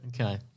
Okay